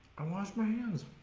um was my hands